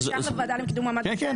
זה שייך לוועדה לקידום מעמד האישה,